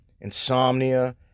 insomnia